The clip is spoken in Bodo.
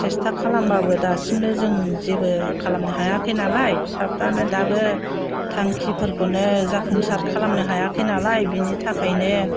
सेस्था खालामब्लाबो दासिमबो जों जेबो खालामनो हायाखै नालाय फिसाफ्रानो दाबो थांखिफोरखौनो जाफुंसार खालामनो हायाखै नालाय बेनि थाखायनो